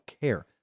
care